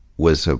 was, so